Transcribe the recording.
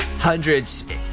Hundreds